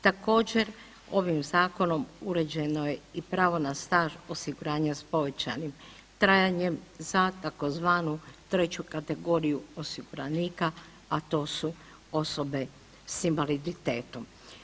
Također ovim zakonom uređeno je i pravo na staž osiguranja s povećanim trajanjem za tzv. treću kategoriju osiguranika, a to su osobe s invaliditetom.